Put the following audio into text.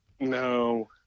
no